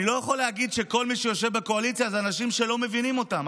אני לא יכול להגיד שכל מי שיושב בקואליציה זה אנשים שלא מבינים אותם.